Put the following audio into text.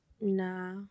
Nah